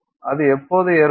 அது எப்போது ஏற்படும்